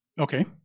Okay